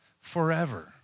forever